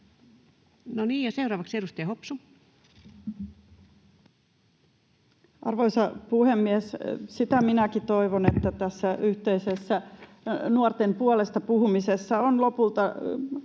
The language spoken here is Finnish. Time: 20:53 Content: Arvoisa puhemies! Sitä minäkin toivon, että tässä yhteisessä nuorten puolesta puhumisessa on lopulta